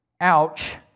ouch